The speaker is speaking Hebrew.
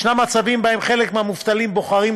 יש מצבים שבהם חלק מהמובטלים בוחרים,